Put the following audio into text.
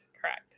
Correct